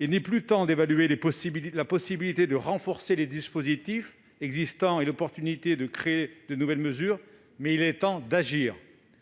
Il n'est plus temps d'évaluer « la possibilité de renforcer les dispositifs existants et l'opportunité de créer de nouvelles mesures ». Il est temps d'agir